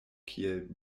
kiel